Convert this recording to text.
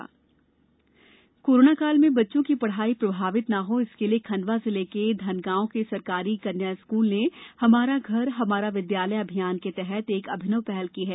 हमारा घर हमारा विद्यालय कोरोनाकाल में बच्चों की पढ़ाई प्रभावित ना हो इसके लिए खंडवा जिले के धनगांव के सरकारी कन्या स्कूल ने हमारा घर हमारा विद्यालय अभियान के तहत एक अभिनव पहल की है